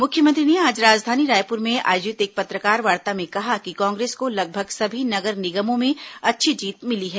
मुख्यमंत्री ने आज राजधानी रायपुर में आयोजित एक पत्रकारवार्ता में कहा कि कांग्रेस को लगभग सभी नगर निगमों में अच्छी जीत मिली है